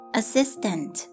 assistant